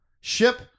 ship